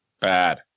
bad